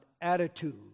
attitude